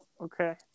Okay